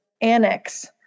annex